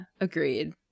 agreed